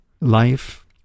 Life